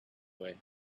way